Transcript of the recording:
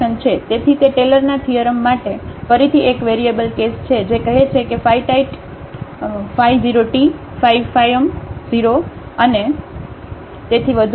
તેથી તે ટેલરના થીઅરમ માટે ફરીથી 1 વેરીએબલ કેસ છે જે કહે છે કે phi ટાઈટ phi 0 t phi ફાઇમ 0 અને તેથી વધુ હશે